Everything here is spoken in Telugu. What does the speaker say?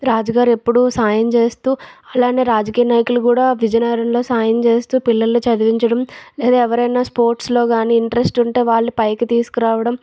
రాజుగారు ఎప్పుడూ సాయం చేస్తూ అలానే రాజకీయ నాయకులూ కూడా విజయనగరంలో సాయం చేస్తూ పిల్లల్ని చదివించడం లేదా ఎవరైనా స్పోర్ట్స్లో కానీ ఇంట్రెస్ట్ ఉంటే వాళ్ళు పైకి తీసుకురావడం